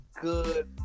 good